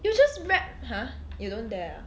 you just wrap !huh! you don't dare ah